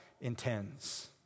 intends